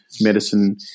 medicine